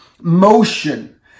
motion